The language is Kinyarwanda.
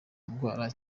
ndwara